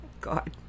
God